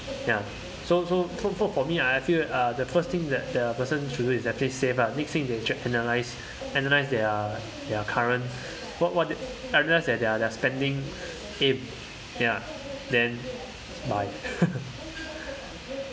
ya so so so for me ah I feel uh the first thing that a person should do is actually save lah next thing is analyse analyse their their current what what their their their spending aim ya then bye